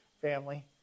family